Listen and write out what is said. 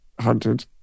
Hunted